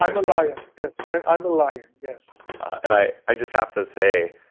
i'm a lion. yes, i'm i'm a lion. yes and i i just have to say,